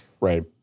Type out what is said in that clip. Right